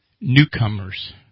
Newcomers